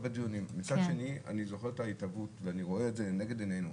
מצד שני אני זוכר את ההתערבות ואני רואה את זה לנגד עיננו,